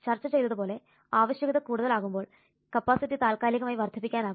ചർച്ച ചെയ്തതു പോലെ ആവശ്യകത കൂടുതലാകുമ്പോൾ കപ്പാസിറ്റി താൽക്കാലികമായി വർദ്ധിപ്പിക്കാൻ ആകും